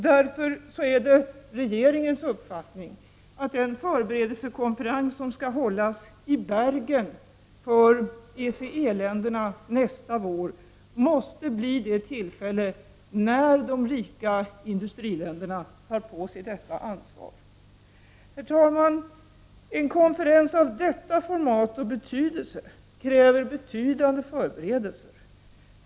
Därför är det regeringens uppfattning att den förberedande konferens som skall hållas i Bergen för ECE-länderna nästa vår måste bli det tillfälle när de rika industriländerna tar på sig detta ansvar. Herr talman! En konferens av detta format och denna betydelse kräver betydande förberedelser.